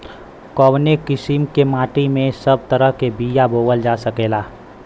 कवने किसीम के माटी में सब तरह के बिया बोवल जा सकेला?